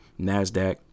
NASDAQ